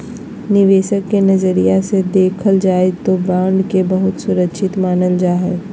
निवेशक के नजरिया से देखल जाय तौ बॉन्ड के बहुत सुरक्षित मानल जा हइ